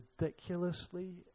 ridiculously